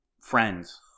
friends